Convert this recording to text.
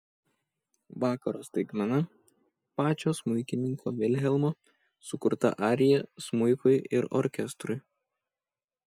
vakaro staigmena pačio smuikininko vilhelmo sukurta arija smuikui ir orkestrui